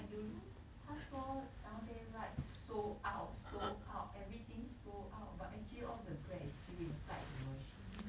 I don't know 他说 down there write sold out sold out everything sold out but actually all the bread is still inside the machine